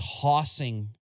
tossing